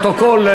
לפרוטוקול,